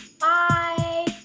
Bye